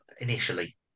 initially